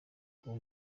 kuba